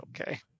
okay